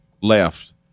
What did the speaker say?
left